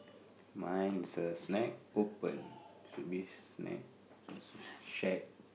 mine is a snack open should be snack there's a sh~ shack